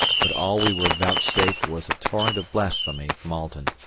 but all we were vouchsafed was a torrent of blasphemy from alten.